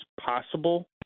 possible